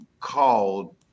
called